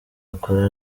akora